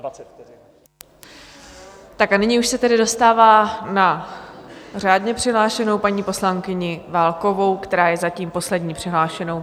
A nyní už se tedy dostává na řádně přihlášenou paní poslankyni Válkovou, která je zatím poslední přihlášenou.